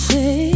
Say